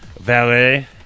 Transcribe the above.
valet